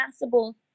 possible